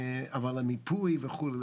אבל המיפוי וכו'.